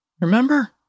Remember